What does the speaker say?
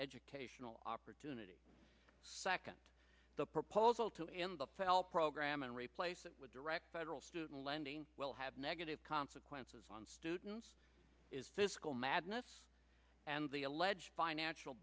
educational opportunity second the proposal to end the file program and replace it with direct federal student lending will have negative consequences on students is fiscal madness and the alleged financial